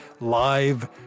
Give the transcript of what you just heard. live